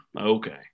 Okay